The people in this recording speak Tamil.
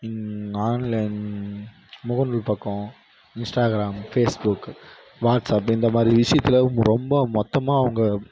ஆன்லைன் முகநூல் பக்கம் இன்ஸ்டாகிராமு ஃபேஸ்புக்கு வாட்ஸ்அப் இந்தமாதிரி விஷயத்துல ரொம்ப மொத்தமாக அவங்க